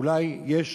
אולי יש,